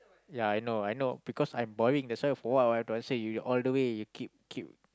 ya I know I know because I'm boring that's why for what I don't want to say you all the way you keep keep